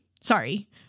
sorry